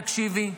תקשיבי,